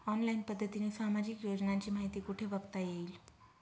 Online पद्धतीने सामाजिक योजनांची माहिती कुठे बघता येईल?